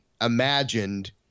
imagined